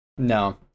no